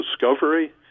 discovery